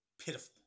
Pitiful